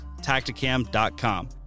tacticam.com